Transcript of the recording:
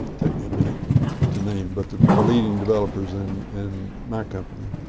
take me a minute to name, but the the leading developers in in my company.